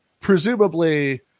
presumably